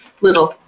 little